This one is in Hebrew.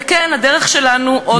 וכן, הדרך שלנו עוד ארוכה.